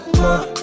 more